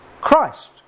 Christ